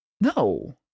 No